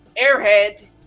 Airhead